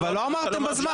אבל לא אמרתם בזמן.